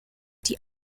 die